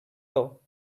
low